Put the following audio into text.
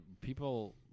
people